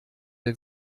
der